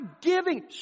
giving